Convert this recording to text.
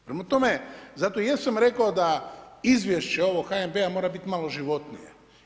Prema tome, zato i jesam rekao da izvješće ovog HNB-a mora biti malo životnije.